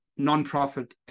nonprofit